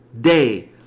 day